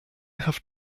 have